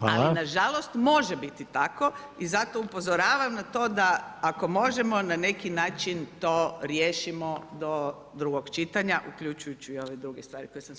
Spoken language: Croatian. ali nažalost, može biti tako i zato upozoravam na to da ako možemo na neki način, to riješimo do drugog čitanja, uključujući i ove druge stvari koje spomenula.